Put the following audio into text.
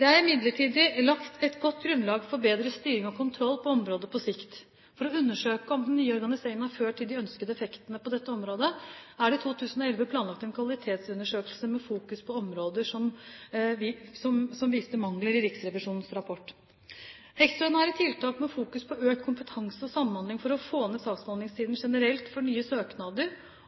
Det er imidlertid lagt et godt grunnlag for bedre styring og kontroll på området på sikt. For å undersøke om den nye organiseringen har ført til de ønskede effekter på dette området, er det i 2011 planlagt en kvalitetsundersøkelse med fokus på områder som viste mangler i Riksrevisjonens rapport. Ekstraordinære tiltak med fokus på økt kompetanse og samhandling for å få ned saksbehandlingstiden generelt for nye søknader